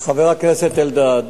חבר הכנסת אלדד,